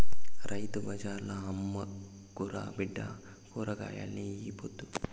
రైతు బజార్ల అమ్ముకురా బిడ్డా కూరగాయల్ని ఈ పొద్దు